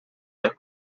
the